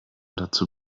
dazu